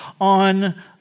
on